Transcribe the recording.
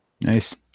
Nice